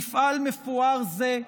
מפעל מפואר זה,